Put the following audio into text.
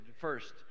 First